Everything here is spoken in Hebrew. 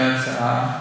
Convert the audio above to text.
שהיה ההצעה,